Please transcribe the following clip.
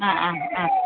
ആ ആ ആ